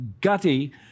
gutty